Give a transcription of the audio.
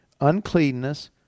uncleanness